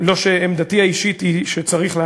עמדתי האישית היא שצריך,